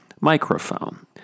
microphone